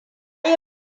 yi